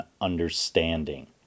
understanding